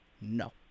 No